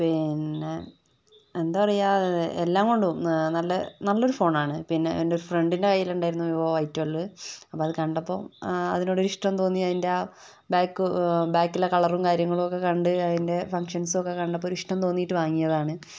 പിന്നെ എന്താ പറയുക എല്ലാം കൊണ്ടും നല്ല നല്ലൊരു ഫോണാണ് പിന്നെ എന്റെ ഒരു ഫ്രണ്ടിന്റെ കയ്യിലുണ്ടായിരുന്നു വിവോ വൈ ട്വൽവ് അപ്പോൾ അത് കണ്ടപ്പോൾ അതിനോടൊരു ഇഷ്ടം തോന്നി അതിന്റെ ബാക്ക് ബാക്കിലെ കളറും കാര്യങ്ങളൊക്കെ കണ്ട് അതിന്റെ ഫംഗ്ഷൻസൊക്കെ കണ്ടപ്പോൾ ഒരിഷ്ടം തോന്നിയിട്ട് വാങ്ങിയതാണ്